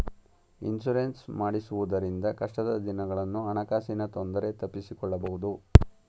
insurance ಮಾಡಿಸುವುದರಿಂದ ಕಷ್ಟದ ದಿನಗಳನ್ನು ಹಣಕಾಸಿನ ತೊಂದರೆ ತಪ್ಪಿಸಿಕೊಳ್ಳಬಹುದು